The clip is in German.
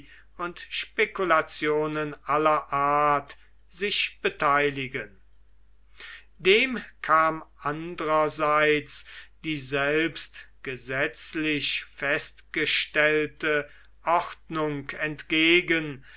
und spekulationen aller art sich beteiligen dem kam andrerseits die selbst gesetzlich festgestellte ordnung entgegen